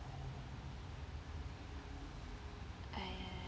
I